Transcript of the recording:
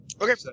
Okay